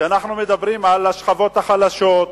כשאנחנו מדברים על השכבות החלשות,